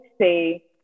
say